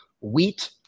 wheat